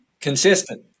Consistent